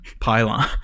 pylon